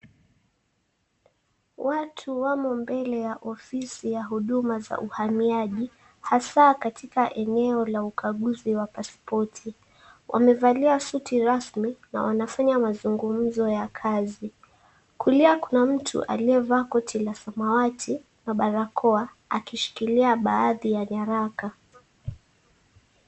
Watu wamo mbele ya ofisi ya huduma ya uhamiaji hasa katika eneo la ukakuguzi wa pasipoti, wamevalia suti rasmi na wanafanya mazungumzo ya kazi kulia kuna mtu aliyevaa koti la samawati na barakoa akishikila baadhi ya nyaraka.